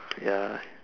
ya